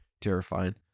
terrifying